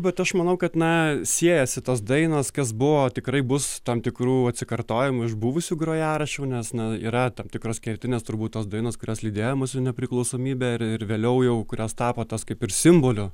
bet aš manau kad na siejasi tos dainos kas buvo tikrai bus tam tikrų atsikartojimų iš buvusių grojaraščių nes na yra tam tikros kertinės turbūt tos dainos kurios lydėjo mus į nepriklausomybę ir ir vėliau jau kurios tapo tos kaip ir simboliu